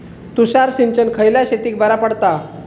तुषार सिंचन खयल्या शेतीक बरा पडता?